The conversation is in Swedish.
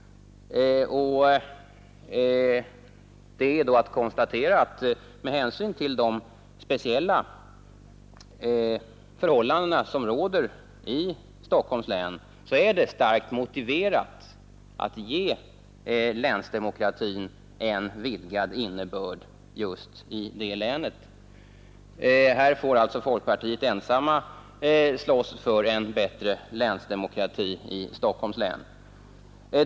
Det är då att konstatera att det med hänsyn till de speciella förhållanden som råder i Stockholms län är starkt motiverat att ge länsdemokratin en vidgad innebörd just i detta län. Här får alltså folkpartiet ensamt slåss för en bättre länsdemokrati i Stockholms län.